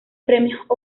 premios